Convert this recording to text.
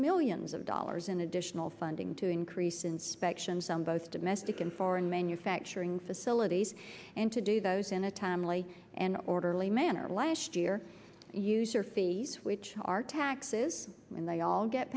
millions of dollars in additional funding to increase inspections on both domestic and foreign manufacturing facilities and to do those in a timely and orderly manner last year user fees which are taxes and they all get